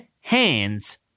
hands